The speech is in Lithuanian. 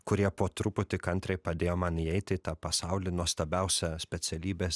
kurie po truputį kantriai padėjo man įeiti į tą pasaulį nuostabiausią specialybės